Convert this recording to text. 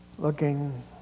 Looking